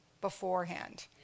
beforehand